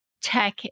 tech